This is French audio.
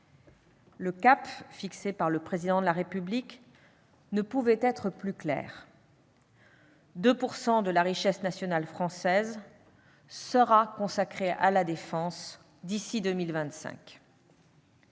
Le cap fixé par le Président de la République ne pouvait être plus clair : 2 % de la richesse nationale française sera consacré à la défense d'ici à 2025.